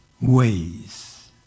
ways